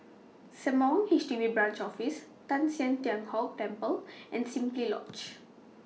Sembawang H D B Branch Office Teng San Tian Hock Temple and Simply Lodge